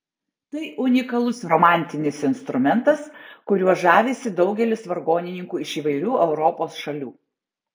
tai unikalus romantinis instrumentas kuriuo žavisi daugelis vargonininkų iš įvairių europos šalių